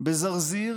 בזרזיר